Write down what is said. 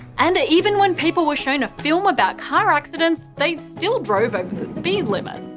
and even when people were shown a film about car accidents, they still drove over the speed limit.